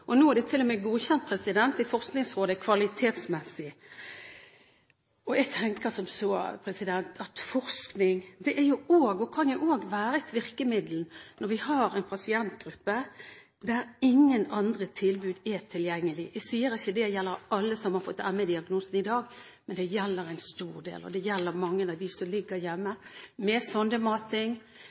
og nå er det til og med godkjent i Forskningsrådet kvalitetsmessig. Jeg tenker som så at forskning kan jo også være et virkemiddel når vi har en pasientgruppe der ingen andre tilbud er tilgjengelig. Jeg sier ikke at det gjelder alle som har fått ME-diagnosen i dag, men det gjelder en stor del, og det gjelder mange av dem som ligger hjemme, med